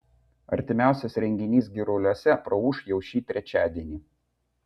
artimiausias renginys giruliuose praūš jau šį trečiadienį